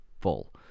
full